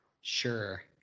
Sure